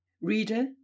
Reader